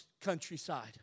countryside